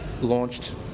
launched